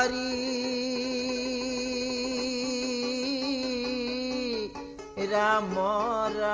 ah ie and and